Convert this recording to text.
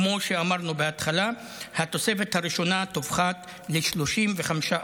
כמו שאמרנו בהתחלה, התוספת הראשונה תופחת ל-35%.